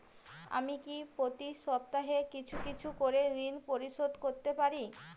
আমি কি প্রতি সপ্তাহে কিছু কিছু করে ঋন পরিশোধ করতে পারি?